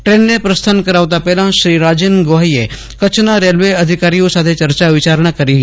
ટ્રેનને પ્રસ્થાન કરાવતા પહેલાં શ્રી રાજેન ગોહાઇએ કચ્છના રેલવે અધિકારીઓ સાથે ચર્ચા વિચારણા કરી હતી